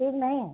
ठीक नहीं है